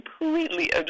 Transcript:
completely